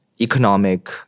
economic